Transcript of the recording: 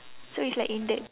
so it's like in the